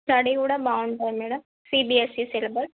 study కూడా బాగుంటుంది madam CBSE syllabus